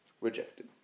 Rejected